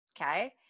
Okay